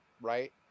Right